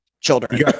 children